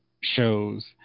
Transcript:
shows